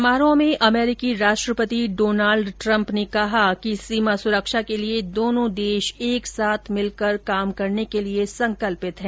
समारोह में अमरीकी राष्ट्रपति डोनाल्ड ट्रम्प ने कहा कि सीमा सुरक्षा के लिये दोनो देश एक साथ मिलकर काम करने के लिये संकल्पित है